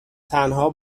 تنها